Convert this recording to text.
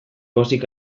pozik